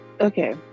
okay